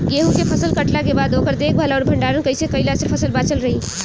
गेंहू के फसल कटला के बाद ओकर देखभाल आउर भंडारण कइसे कैला से फसल बाचल रही?